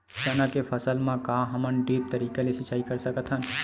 चना के फसल म का हमन ड्रिप तरीका ले सिचाई कर सकत हन?